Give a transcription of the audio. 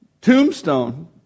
Tombstone